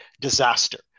disaster